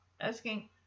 asking